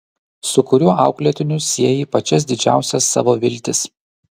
su kuriuo auklėtiniu sieji pačias didžiausias savo viltis